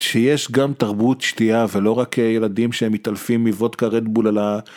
שיש גם תרבות שתייה ולא רק ילדים שהם מתעלפים מוודקה רדבול על ה...